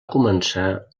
començar